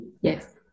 Yes